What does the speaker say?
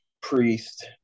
Priest